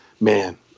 man